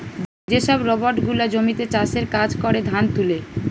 যে সব রোবট গুলা জমিতে চাষের কাজ করে, ধান তুলে